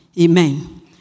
Amen